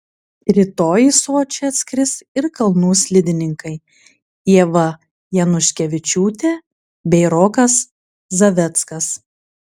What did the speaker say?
rytoj į sočį atskris ir kalnų slidininkai ieva januškevičiūtė bei rokas zaveckas